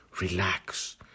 relax